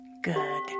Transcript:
Good